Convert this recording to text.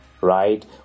right